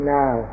now